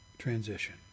transition